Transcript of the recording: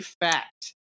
fact